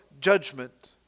judgment